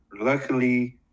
luckily